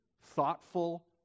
thoughtful